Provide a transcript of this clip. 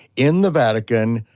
in the vatican,